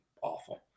awful